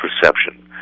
perception